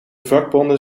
vakbonden